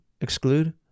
exclude